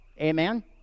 amen